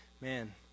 Man